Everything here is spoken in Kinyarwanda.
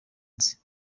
nzi